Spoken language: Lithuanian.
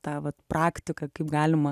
tą vat praktiką kaip galima